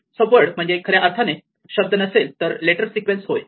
सब word म्हणजे खऱ्या अर्थाने शब्द नसेल तर लेटर सिक्वेन्स होय